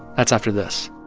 that's after this